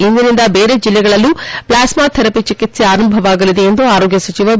ಇಂದಿನಿಂದ ಬೇರೆ ಜಿಲ್ಲೆಗಳಲ್ಲೂ ಪ್ಲಾಸ್ಮಾ ಥೆರಪಿ ಚಿಕಿತ್ವೆ ಆರಂಭವಾಗಲಿದೆ ಎಂದು ಆರೋಗ್ಯ ಸಚಿವ ಬಿ